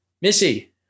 Missy